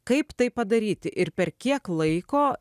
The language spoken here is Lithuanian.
kaip tai padaryti ir per kiek laiko